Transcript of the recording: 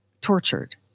tortured